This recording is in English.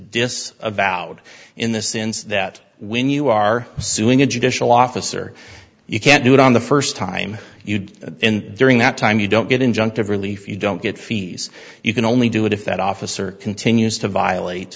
discussed about in the sense that when you are so suing a judicial officer you can't do it on the first time you did in during that time you don't get injunctive relief you don't get fees you can only do it if that officer continues to violate